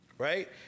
Right